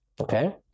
okay